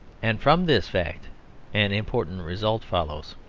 and from this fact an important result follows.